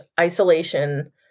isolation